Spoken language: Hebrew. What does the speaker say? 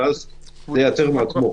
כך שזה ייעצר מעצמו.